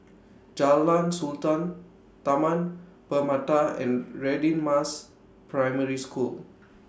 Jalan Sultan Taman Permata and Radin Mas Primary School